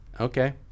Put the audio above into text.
Okay